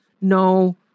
no